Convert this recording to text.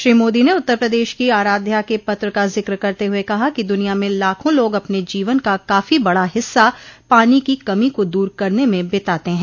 श्री मोदी ने उत्तर प्रदेश की आराध्या के पत्र का जिक्र करते हुए कहा कि दुनिया में लाखों लोग अपने जीवन का काफी बड़ा हिस्सा पानी की कमी को दूर करने में बिताते हैं